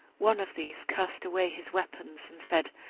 one of these cast away his weapons and said,